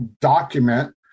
document